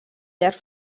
llarg